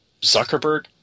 Zuckerberg